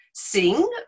sing